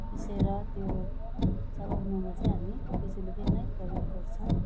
पिसेर त्यो चलाउनुमा चाहिँ हामी बिजुलीको नै प्रयोग गर्छौँ